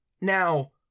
Now